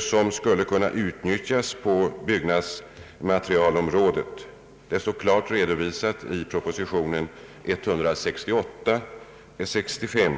som skulle kunna utnyttjas på byggnadsmaterialområdet; detta redovisas klart i propositionen 168 år 1965.